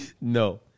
No